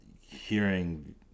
hearing